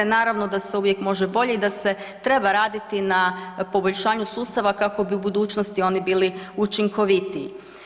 Naravno da se uvijek može bolje i da se treba raditi na poboljšanju sustava kako bi u budućnosti oni bili učinkovitiji.